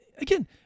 again